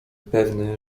pewny